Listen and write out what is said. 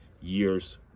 years